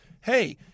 hey